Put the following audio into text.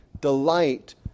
delight